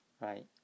right